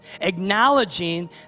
acknowledging